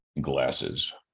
glasses